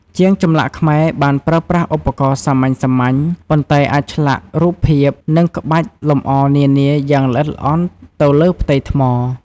ជាងចម្លាក់ខ្មែរបានប្រើប្រាស់ឧបករណ៍សាមញ្ញៗ ប៉ុន្តែអាចឆ្លាក់រូបភាព និងក្បាច់លម្អនានាយ៉ាងល្អិតល្អន់ទៅលើផ្ទៃថ្ម។